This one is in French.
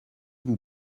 vous